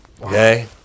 Okay